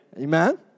Amen